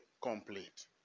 complete